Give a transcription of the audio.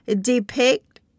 Depict